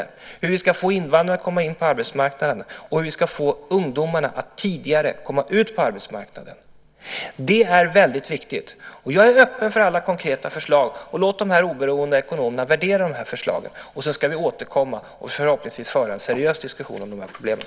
Det handlar också om hur vi ska få invandrare att komma in på arbetsmarknaden och hur vi ska få ungdomarna att tidigare komma ut på arbetsmarknaden. Det är väldigt viktigt. Jag är öppen för alla konkreta förslag. Låt de oberoende ekonomerna värdera förslagen. Sedan ska vi återkomma och förhoppningsvis föra en seriös diskussion om de här problemen.